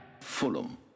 Fulham